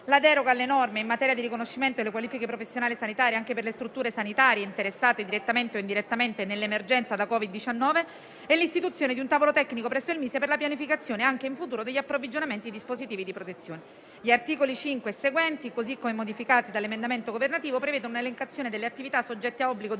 la deroga alle norme in materia di riconoscimento delle qualifiche professionali sanitarie anche per le strutture sanitarie interessate direttamente o indirettamente nell'emergenza da Covid-19 e l'istituzione di un tavolo tecnico presso il MISE per la pianificazione, anche in futuro, degli approvvigionamenti dei dispositivi di protezione. Gli articoli 5 e seguenti, così come modificati dall'emendamento governativo, prevedono un'elencazione delle attività soggette a obbligo di